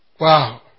Wow